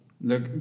look